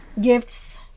gifts